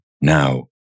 now